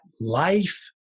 life